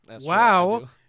Wow